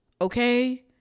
okay